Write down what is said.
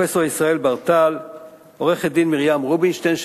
לפרופסור ישראל ברטל ולעורכת-דין מרים רובינשטיין,